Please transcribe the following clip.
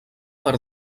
per